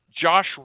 Josh